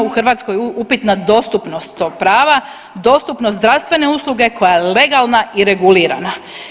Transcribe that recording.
U Hrvatskoj je upitna dostupnost tog prava, dostupnost zdravstvene usluge koja je legalna i regulirana.